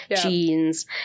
jeans